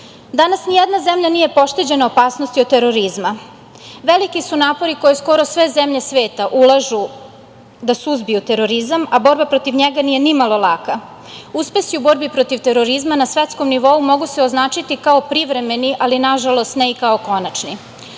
danas ni jedna zemlja nije pošteđena opasnosti od terorizma. Veliki su napori koje skoro sve zemlje sveta ulažu da suzbiju terorizam, a borba protiv njega nije nimalo laka. Uspesi u borbi proti terorizma na svetskom nivou mogu se označiti kao privremeni, ali nažalost ne i kao konačni.Zašto